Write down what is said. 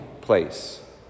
place